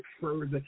further